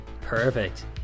Perfect